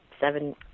seven